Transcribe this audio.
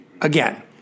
again